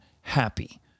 happy